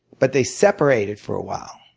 but they separated for awhile.